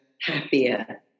happier